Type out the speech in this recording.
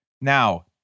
Now